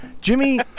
Jimmy